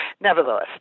Nevertheless